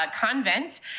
convent